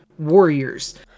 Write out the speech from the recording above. warriors